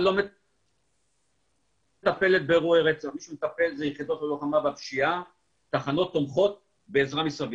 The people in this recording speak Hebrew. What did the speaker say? לא שמישהו אומר שלא נעשה, נעשה.